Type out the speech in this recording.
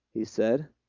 he said.